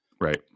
right